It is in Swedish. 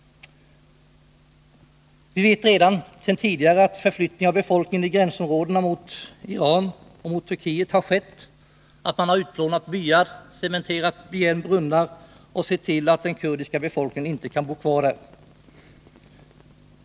Vi vet redan sedan tidigare att det har skett förflyttningar av befolkningen i gränsområdena mot Iran och Turkiet, att byar har utplånats, att brunnar har cementerats igen och att man har sett till att den kurdiska befolkningen inte har kunnat bo kvar.